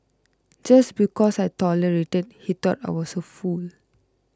just because I tolerated he thought I was a fool